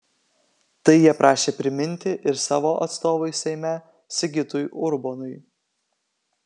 tai jie prašė priminti ir savo atstovui seime sigitui urbonui